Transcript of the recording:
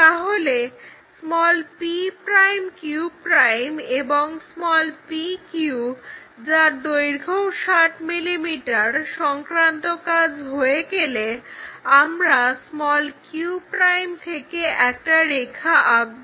তাহলে p'q' এবং pq যার দৈর্ঘ্যও 60 mm সংক্রান্ত কাজ হয়ে গেলে আমরা q' থেকে একটা রেখা আঁকবো